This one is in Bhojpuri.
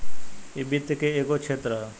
इ वित्त के एगो क्षेत्र ह